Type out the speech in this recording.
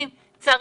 לא יודעים